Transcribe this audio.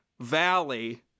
valley